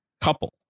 couple